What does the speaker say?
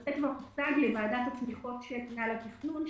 הנושא הוצג כבר לוועדת התמיכות של מינהל התכנון,